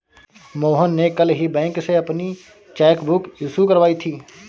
मोहन ने कल ही बैंक से अपनी चैक बुक इश्यू करवाई थी